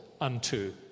unto